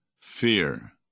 fear